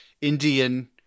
Indian